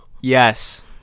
Yes